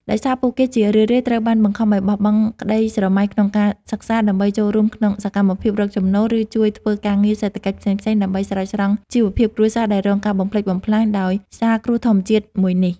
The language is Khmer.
ដោយសារពួកគេជារឿយៗត្រូវបានបង្ខំឱ្យបោះបង់ក្ដីស្រមៃក្នុងការសិក្សា ដើម្បីចូលរួមក្នុងសកម្មភាពរកចំណូល ឬជួយធ្វើការងារសេដ្ឋកិច្ចផ្សេងៗដើម្បីស្រោចស្រង់ជីវភាពគ្រួសារដែលរងការបំផ្លិចបំផ្លាញដោយសារគ្រោះធម្មជាតិមួយនេះ។